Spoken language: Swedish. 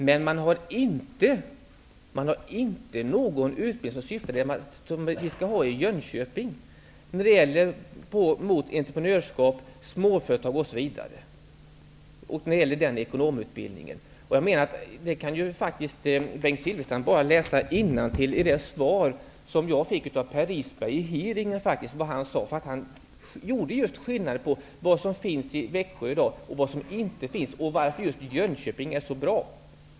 Men man har inte någon sådan ekonomutbildning som skall förläggas till Jönköping och som riktar sig mot ingenjörskap, småföretag osv. Bengt Silfverstrand kan ju bara läsa innantill i det svar som jag fick under den hearing som vi hade, i vilket det redogjordes just för det som finns i Växjö i dag, vad som inte finns och varför just Jönköping är så bra.